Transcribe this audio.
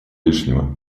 лишнего